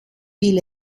will